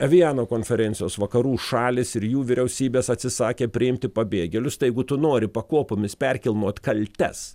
eviano konferencijos vakarų šalys ir jų vyriausybės atsisakė priimti pabėgėlius jeigu tu nori pakopomis perkilnot kaltes